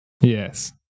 Yes